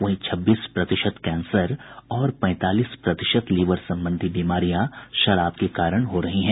वहीं छब्बीस प्रतिशत कैंसर और पैंतालीस प्रतिशत लीवर संबंधी बीमारीयां शराब के कारण हो रही हैं